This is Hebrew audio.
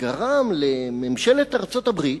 באמת גרם לממשלת ארצות-הברית,